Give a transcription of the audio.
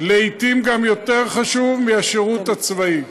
לעתים גם יותר חשוב, מהשירות הצבאי.